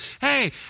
Hey